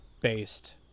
based